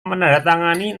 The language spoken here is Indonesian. menandatangani